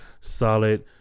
solid